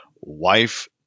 Wife